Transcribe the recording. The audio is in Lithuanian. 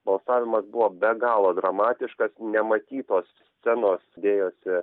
balsavimas buvo be galo dramatiškas nematytos scenos dėjosi